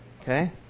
Okay